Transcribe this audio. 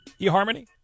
eHarmony